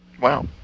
Wow